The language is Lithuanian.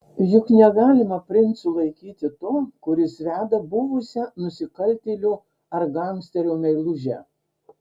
juk negalima princu laikyti to kuris veda buvusią nusikaltėlio ar gangsterio meilužę